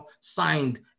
signed